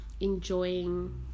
enjoying